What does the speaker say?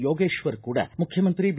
ಯೋಗೇಶ್ವರ್ ಕೂಡಾ ಮುಖ್ಯಮಂತ್ರಿ ಬಿ